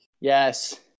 Yes